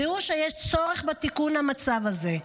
זיהו שיש צורך בתיקון המצב הזה.